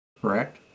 Correct